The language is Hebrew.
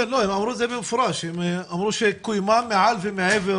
הם אמרו את זה במפורש, הם אמרו שקוימה מעל ומעבר